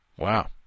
Wow